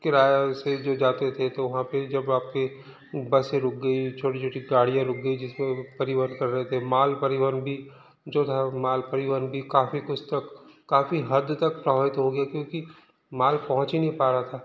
किराए से जो जाते थे तो वहाँ पर जब आपके बसें रूक गई छोटी छोटी गाड़ियां रुक गई जिस पर वे लोग परिवहन कर रहे थे माल परिवहन भी जो था माल परिवहन भी काफ़ी कुछ तक काफ़ी हद तक प्रभावित हो गया क्योंकि माल पहुँच ही नहीं पा रहा था